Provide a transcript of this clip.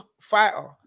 fighter